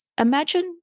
imagine